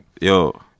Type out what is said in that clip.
Yo